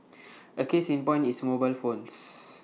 A case in point is mobile phones